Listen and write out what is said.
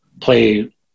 play